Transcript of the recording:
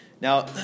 Now